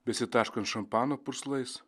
besitaškant šampano purslais